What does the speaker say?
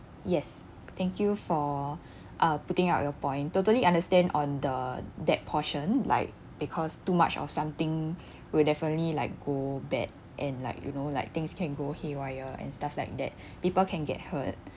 yes thank you for uh putting out your point totally understand on the debt portion like because too much of something will definitely like go bad and like you know like things can go haywire and stuff like that people can get hurt